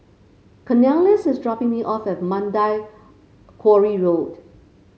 Cornelious is dropping me off at Mandai Quarry Road